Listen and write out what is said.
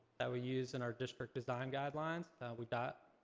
that we use in our district design guidelines that we got,